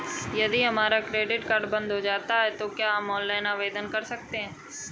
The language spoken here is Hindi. यदि हमारा क्रेडिट कार्ड बंद हो जाता है तो क्या हम ऑनलाइन आवेदन कर सकते हैं?